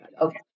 Okay